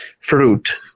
fruit